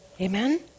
Amen